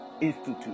institute